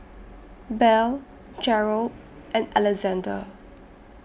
Belle Jerald and Alexander